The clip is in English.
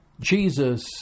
Jesus